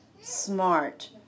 smart